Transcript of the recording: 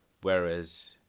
Whereas